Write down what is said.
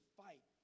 fight